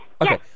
Okay